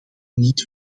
niet